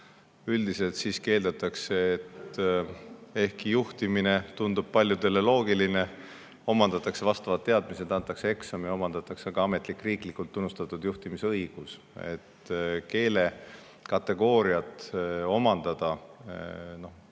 Üldiselt aga siiski eeldatakse, et ehkki juhtimine tundub paljudele loogiline, omandatakse vastavad teadmised, antakse eksam ja saadakse ka ametlik riiklikult tunnustatud juhtimisõigus. Et keelekategooria tuleb omandada,